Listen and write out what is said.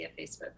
facebook